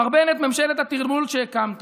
מר בנט, ממשלת הטרלול שהקמת